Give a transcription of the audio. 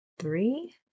Three